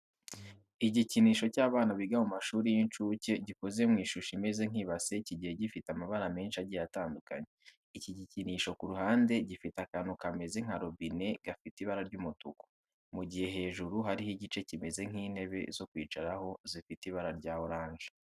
Igikinisho cy'abana biga mu mashuri y'inshuke gikoze mu ishusho imeze nk'ibase kigiye gifite amabara menshi agiye atandukanye. Iki gikinisho ku ruhande gifite akantu kameze nka robine gafite ibara ry'umutuku, mu gihe hejuru hariho igice kimeze nk'intebe zo kwicaraho zifite ibara rya oranje.